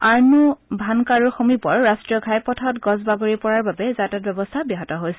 আৰুভানকাৰুৰ সমীপৰ ৰাষ্ট্ৰীয় ঘাইপথত গছ বাগৰি পৰা বাবে যাতায়ত ব্যাহত হৈছে